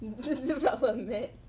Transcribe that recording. Development